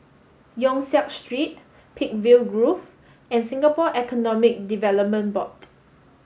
Yong Siak Street Peakville Grove and Singapore Economic Development Board